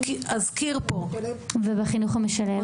ובחינוך המשלב?